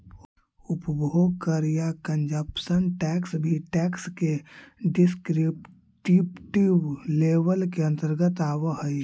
उपभोग कर या कंजप्शन टैक्स भी टैक्स के डिस्क्रिप्टिव लेबल के अंतर्गत आवऽ हई